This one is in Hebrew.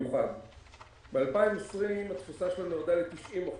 ב-2020 התפוסה שלנו ירדה ל-90%,